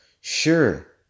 Sure